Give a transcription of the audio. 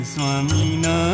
Swamina